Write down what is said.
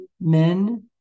men